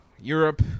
Europe